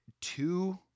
two